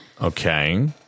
Okay